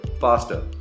faster